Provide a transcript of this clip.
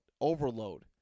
overload